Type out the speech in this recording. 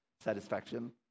satisfaction